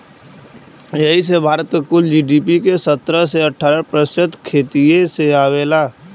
यही से भारत क कुल जी.डी.पी के सत्रह से अठारह प्रतिशत खेतिए से आवला